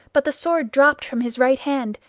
but the sword dropped from his right hand,